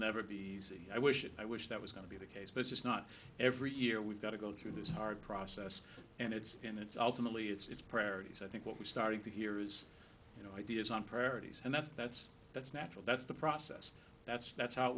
never be easy i wish i wish that was going to be the case but it's not every year we've got to go through this hard process and it's and it's ultimately it's priorities i think what we're starting to hear is you know ideas on priorities and that's that's that's natural that's the process that's that's how it